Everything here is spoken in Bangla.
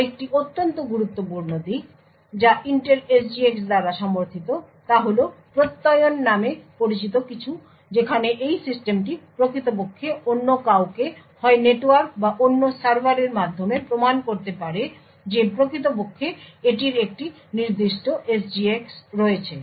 আরেকটি অত্যন্ত গুরুত্বপূর্ণ দিক যা ইন্টেল SGX দ্বারা সমর্থিত তা হল প্রত্যয়ন নামে পরিচিত কিছু যেখানে এই সিস্টেমটি প্রকৃতপক্ষে অন্য কাউকে হয় নেটওয়ার্ক বা অন্য সার্ভারের মাধ্যমে প্রমাণ করতে পারে যে প্রকৃতপক্ষে এটির একটি নির্দিষ্ট SGX রয়েছে